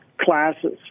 classes